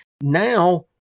now